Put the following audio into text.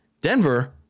Denver